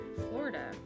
Florida